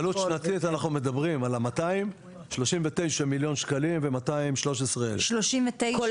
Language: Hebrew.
עלות שנתית אנחנו מדברים על ה-200 39,213,000. 39 מיליון?